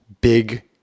big